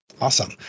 Awesome